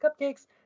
cupcakes